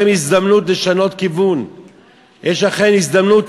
ברצינות: אשרינו,